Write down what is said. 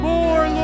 More